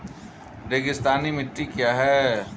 रेगिस्तानी मिट्टी क्या है?